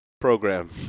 program